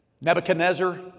Nebuchadnezzar